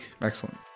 Excellent